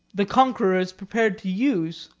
the conquerors prepared to use,